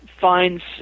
finds